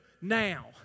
now